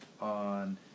on